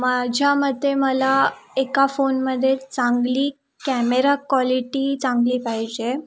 माझ्या मते मला एका फोनमध्ये चांगली कॅमेरा कॉलीटी चांगली पाहिजे